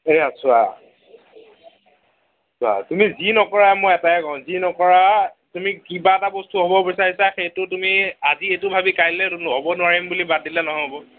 এয়া চোৱা চোৱা তুমি যি নকৰা মই এটাই কওঁ যি নকৰা তুমি কিবা এটা বস্তু হ'ব বিচাৰিছা সেইটো তুমি আজি এইটো ভাবি কাইলৈ সেইটো হ'ব নোৱাৰিম বুলি বাদ দিলে নহ'ব